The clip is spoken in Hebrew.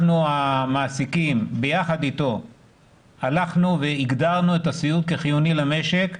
אנחנו המעסיקים ביחד איתו הלכנו והגדרנו את הסיעוד כחיוני למשק,